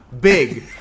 big